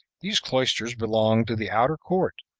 these cloisters belonged to the outer court,